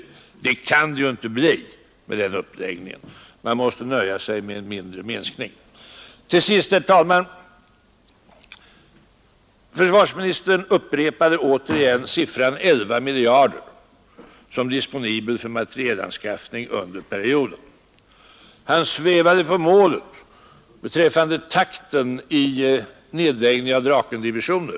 Det kan med försvarsministerns uppläggning inte bli fråga om det. Man måste då nöja sig med en mindre minskning. Till sist, herr talman, vill jag säga att försvarsministern' återigen upprepade beloppet 11 miljarder kronor som disponibelt för materielanskaffning under perioden. Han svävade på målet beträffande takten i nedläggningen av Drakendivisioner.